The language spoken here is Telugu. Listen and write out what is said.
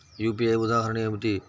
యూ.పీ.ఐ ఉదాహరణ ఏమిటి?